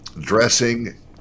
dressing